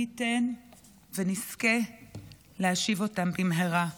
מי ייתן ונזכה להשיב אותן במהרה.